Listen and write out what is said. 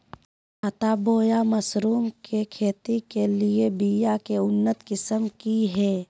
छत्ता बोया मशरूम के खेती के लिए बिया के उन्नत किस्म की हैं?